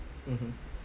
mmhmm